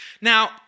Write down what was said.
Now